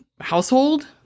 household